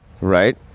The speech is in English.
right